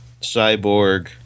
Cyborg